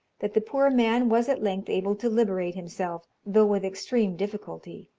that the poor man was at length able to liberate himself, though with extreme difficulty.